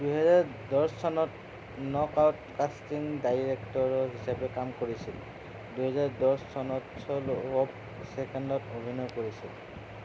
দুহেজাৰ দহ চনত নক আউট কাষ্টিং ডাইৰেক্টৰৰ হিচাপে কাম কৰিছিল দুহেজাৰ দহ চনত ছ'ল অৱ ছেণ্ডত অভিনয় কৰিছিল